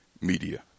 Media